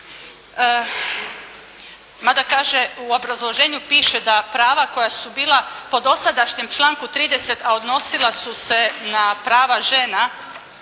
mada kaže u obrazloženju piše da prava koja su bila po dosadašnjem članku 30. a odnosila su se na prava žena,